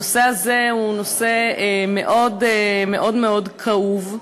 הנושא הזה הוא נושא מאוד מאוד כאוב,